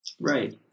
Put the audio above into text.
Right